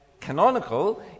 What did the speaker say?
canonical